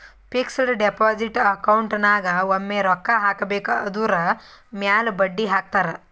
fixed deposit account ನಾಗ್ ಒಮ್ಮೆ ರೊಕ್ಕಾ ಹಾಕಬೇಕ್ ಅದುರ್ ಮ್ಯಾಲ ಬಡ್ಡಿ ಹಾಕ್ತಾರ್